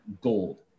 gold